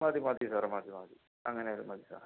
മതി മതി സാറേ മതി മതി അങ്ങനെയായാലും മതി സാറെ